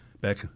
back